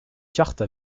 cartes